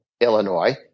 Illinois